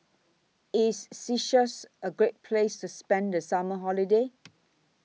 IS Seychelles A Great Place to spend The Summer Holiday